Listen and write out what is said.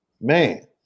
Man